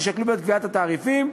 יישקלו בעת קביעת התעריפים,